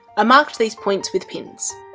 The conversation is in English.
i marked these points with pins.